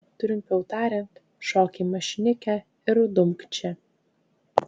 trumpiau tariant šok į mašinikę ir dumk čia